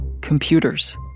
Computers